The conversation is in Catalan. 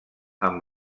amb